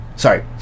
Sorry